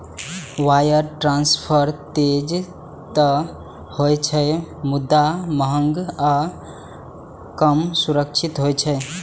wire transfer तेज तं होइ छै, मुदा महग आ कम सुरक्षित होइ छै